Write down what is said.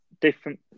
different